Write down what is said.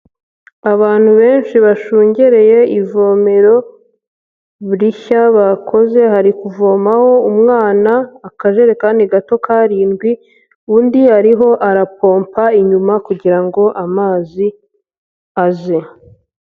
Abantu benshi bashungereye ivomero rishya bakoze, hari kuvomaho umwana akajerekani gato karindwi, undi ariho arapompa inyuma kugira ngo amazi aze.